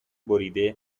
بریده